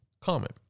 comment